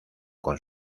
con